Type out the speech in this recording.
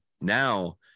Now